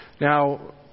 Now